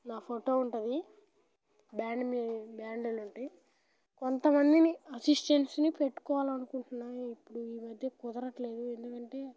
నా ఫోటో ఉంటుంది band band అని ఉంటాయి కొంతమందిని అసిస్టెంట్స్ని పెట్టుకోవాలి అనుకుంటున్నాను ఇప్పుడు ఈ మధ్య కుదరట్లేదు ఎందుకంటే